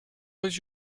was